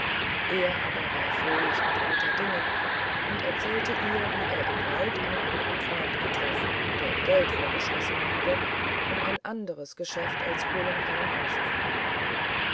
er aber war fröhlich und guter dinge und erzählte ihr wie er im wald einen guten freund getroffen der ihm geld vorgeschossen habe um ein anderes geschäft als kohlenbrennen anzufangen